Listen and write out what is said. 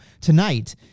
Tonight